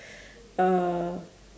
uh